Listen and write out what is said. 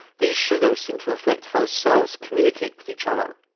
these sugars seem to affect how cells communicate with each other.